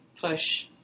push